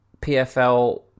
PFL